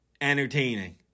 entertaining